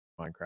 minecraft